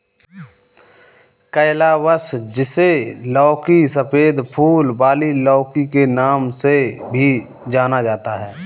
calabash, जिसे लौकी, सफेद फूल वाली लौकी के नाम से भी जाना जाता है